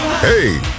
Hey